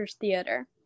theater